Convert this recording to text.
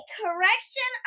correction